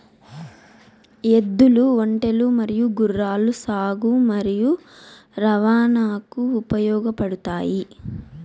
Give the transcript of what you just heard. ఎద్దులు, ఒంటెలు మరియు గుర్రాలు సాగు మరియు రవాణాకు ఉపయోగపడుతాయి